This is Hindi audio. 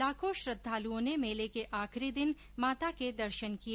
लाखों श्रद्धालुओं ने मेले के आखिरी दिन माता के दर्शन किए